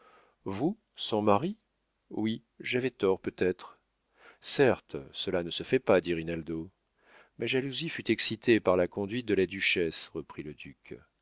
vous son mari oui j'avais tort peut-être certes cela ne se fait pas dit rinaldo ma jalousie fut excitée par la conduite de la duchesse reprit le duc